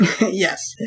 Yes